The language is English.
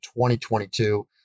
2022